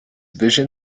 vision